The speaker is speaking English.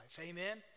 Amen